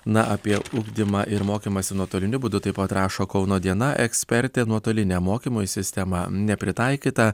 na apie ugdymą ir mokymąsi nuotoliniu būdu taip pat rašo kauno diena ekspertė nuotoliniam mokymui sistema nepritaikyta